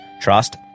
trust